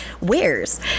wears